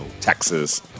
Texas